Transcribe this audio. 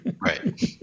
Right